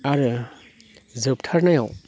आरो जोबथारनायाव